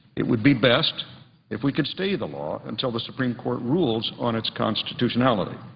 it would be best if we could stay the law until the supreme court rules on its constitutionality.